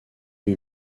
lui